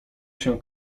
się